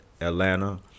Atlanta